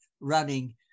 running